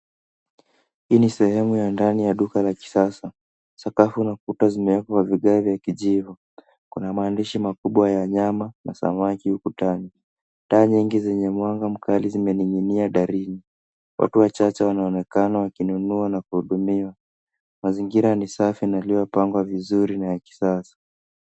Hii ni sehemu ya ndani ya duka la kisasa. Sakafu na ukuta zimewekwa vigae vya kijivu. Kuna maandishi makubwa ya nyama na samaki ukutani. Taa nyingi zenye mwanga mkali zimeninginia darini. Watu wachache wanaonekana wakinunua na kuhudumiwa. Mazingira ni safi na yaliyopangwa vizuri na ya kisasa.